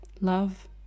love